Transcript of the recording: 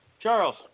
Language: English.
Charles